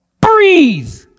Breathe